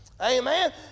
Amen